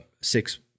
six